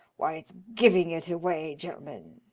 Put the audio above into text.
why, it's giving it away, gen'lemen.